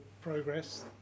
progress